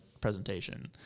presentation